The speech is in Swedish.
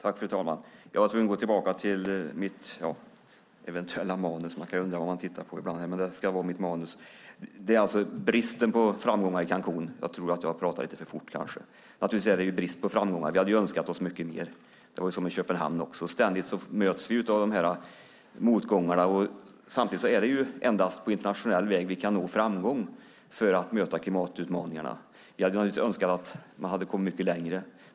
Fru talman! För att gå tillbaka till mitt manus handlade det om bristen på framgångar i Cancún. Jag pratade kanske lite för fort. Det är naturligtvis brist på framgångar. Vi hade ju önskat oss mycket mer. Det var så i Köpenhamn också. Ständigt möts vi av dessa motgångar. Samtidigt är det endast på internationell väg vi kan nå framgång för att möta klimatutmaningarna. Vi hade naturligtvis önskat att man hade kommit mycket längre.